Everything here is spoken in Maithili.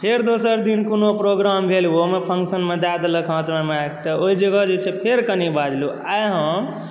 फेर दोसर दिन कोनो प्रोग्राम भेल ओहोमे फंक्शन मे दय देलक हमरा हाथमे माइक तऽ ओहि जगह पर जे छै से फेर कनि बाजलहुँ आइ हम